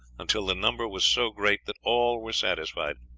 until the number was so great that all were satisfied,